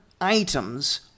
items